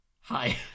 Hi